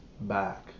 back